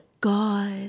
God